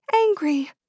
Angry